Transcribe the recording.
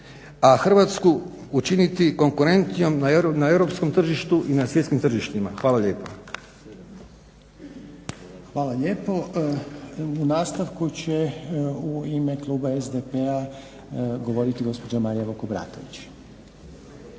a Hrvatsku učiniti konkurentnijom na europskom tržištu i na svjetskim tržištima. Hvala lijepa. **Reiner, Željko (HDZ)** Hvala lijepa. U nastavku će u ime kluba SDP-a govoriti gospođa Marija Vukobratović.